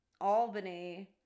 Albany